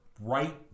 right